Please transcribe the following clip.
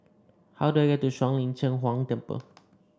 how do I get to Shuang Lin Cheng Huang Temple